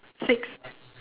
six